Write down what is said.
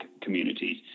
communities